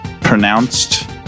pronounced